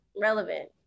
relevant